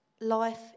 life